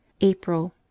April